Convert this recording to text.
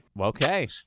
Okay